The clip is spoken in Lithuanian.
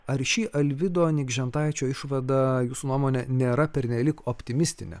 ar ši alvydo nikžentaičio išvada jūsų nuomone nėra pernelyg optimistinė